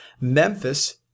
Memphis